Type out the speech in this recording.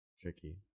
tricky